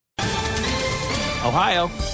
Ohio